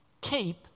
Keep